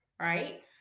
right